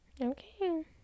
Okay